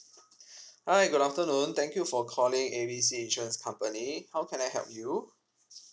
hi good afternoon thank you for calling A B C insurance company how can I help you